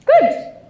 Good